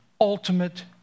ultimate